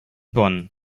bonn